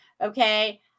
okay